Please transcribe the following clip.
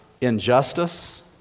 Injustice